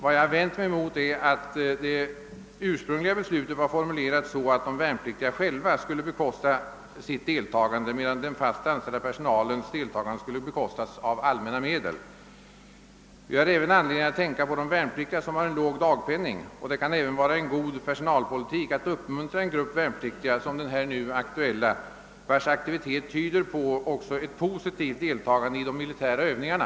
Vad jag vänt mig mot är att det ursprungliga beslutet var formulerat så, att de värnpliktiga själva skulle bekosta sitt deltagande, medan den fast anställda personalens deltagande skulle bekostas av allmänna medel. Vi har även anledning att tänka på de värnpliktiga som har en låg dagpenning. Det kan även vara god personalpolitik att uppmuntra en grupp värnpliktiga som den nu aktuella, vars aktivitet kan tyda på ett positivt intresse för deltagande i de militära Övningarna.